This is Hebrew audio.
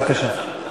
בבקשה.